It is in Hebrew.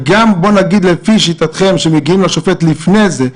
וגם לפי שיטתכם שמגיעים לשופט לפני זה,